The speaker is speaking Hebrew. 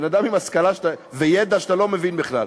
בן-אדם עם השכלה וידע שאתה לא מבין בכלל.